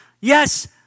Yes